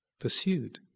pursued